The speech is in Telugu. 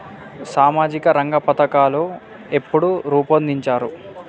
సామాజిక రంగ పథకాలు ఎప్పుడు రూపొందించారు?